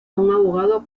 abogado